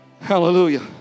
Hallelujah